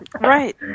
Right